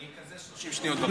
נקזז 30 שניות בפעם הבאה.